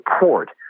support